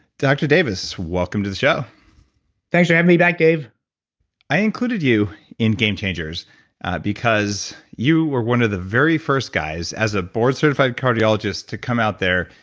dr davis, welcome to the show thanks for having me back, dave i included you in game changers because you were one of the very first guys as a boardcertified cardiologist to come out there,